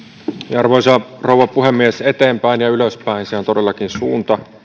arvoisa rouva puhemies eteenpäin ja ylöspäin se on todellakin suunta